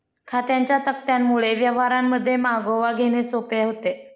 खात्यांच्या तक्त्यांमुळे व्यवहारांचा मागोवा घेणे सोपे होते